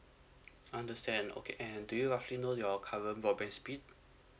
understand okay and do you roughly know your current broadband speed